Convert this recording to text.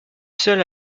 seul